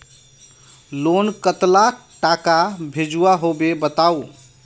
Loan कतला टाका भेजुआ होबे बताउ?